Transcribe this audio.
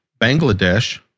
Bangladesh